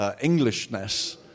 Englishness